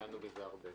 דנו בזה הרבה.